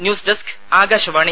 news desk Akashvani